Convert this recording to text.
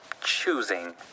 choosing